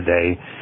today